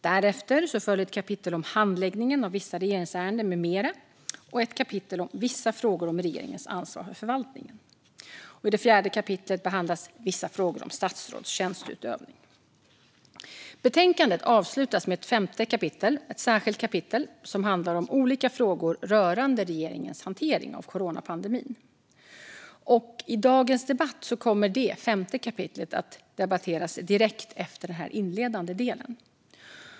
Därefter följer ett kapitel om handläggningen av vissa regeringsärenden med mera och ett kapitel om vissa frågor om regeringens ansvar för förvaltningen. I det fjärde kapitlet behandlas vissa frågor om statsråds tjänsteutövning. Betänkandet avslutas med ett femte kapitel som handlar om olika frågor rörande regeringens hantering av coronapandemin. I dagens debatt kommer detta kapitel att debatteras direkt efter den här inledande delen.